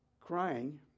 crying